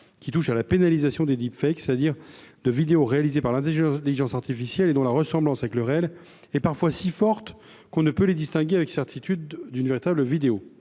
celle de la pénalisation des – c’est à dire de vidéos réalisées par l’intelligence artificielle et dont la ressemblance avec le réel est parfois si forte qu’on ne peut les distinguer avec certitude d’une vidéo